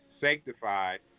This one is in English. sanctified